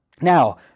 Now